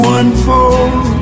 unfold